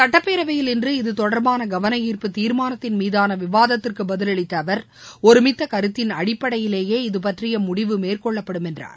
சுட்டப்பேரவையில் இன்று இது தொடர்பான கவனஈர்ப்பு தீர்மானத்தின் மீதான விவாதத்திற்கு பதிலளித்த அவர் ஒருமித்த கருத்தின் அடிப்படையிலேயே இதுபற்றிய முடிவு மேற்கொள்ளப்படும் என்றார்